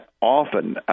often